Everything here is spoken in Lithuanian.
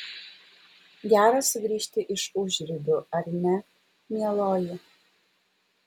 gera sugrįžti iš užribių ar ne mieloji